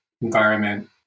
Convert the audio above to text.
environment